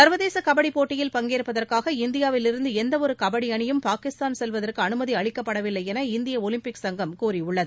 சர்வதேச கபடிப்போட்டியில் பங்கேற்பதற்காக இந்தியாவிலிருந்து எந்தவொரு கபடி அணியும் பாகிஸ்தான் செல்வதற்கு அனுமதி அளிக்கப்படவில்லை என இந்திய ஒலிம்பிக் சங்கம் கூறியுள்ளது